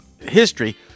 history